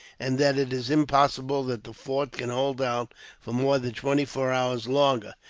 and that it is impossible that the fort can hold out for more than twenty-four hours longer.